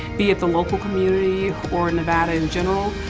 be it the local community or in nevada in general.